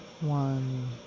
one